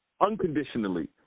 unconditionally